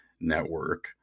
network